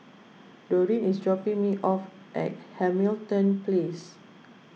Doreen is dropping me off at Hamilton Place